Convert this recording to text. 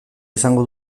izango